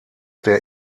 der